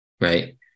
Right